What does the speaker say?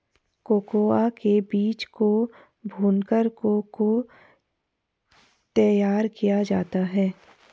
cocoa के बीज को भूनकर को को तैयार किया जाता है